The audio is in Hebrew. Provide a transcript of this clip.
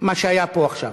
מה שהיה פה עכשיו,